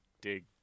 dig